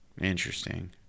Interesting